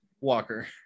walker